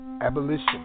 abolition